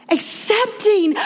Accepting